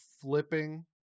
flipping